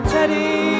Teddy